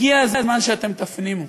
הגיע הזמן שאתם תפנימו